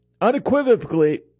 unequivocally